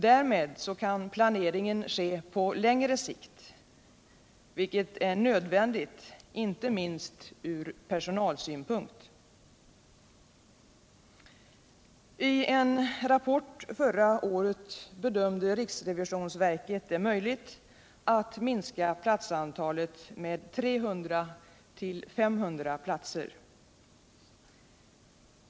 Därmed kan planeringen ske på längre sikt, vilket är nödvändigt inte minst från personalsynpunkt. I en rapport förra året bedömde riksrevisionsverket det möjligt att minska platsantalet med 300-500 platser.